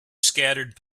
scattered